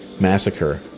Massacre